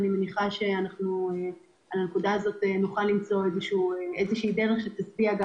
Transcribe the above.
אני מניחה שבנקודה הזאת נוכל למצוא דרך שתשביע גם